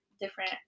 different